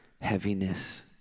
heaviness